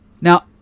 Now